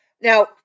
Now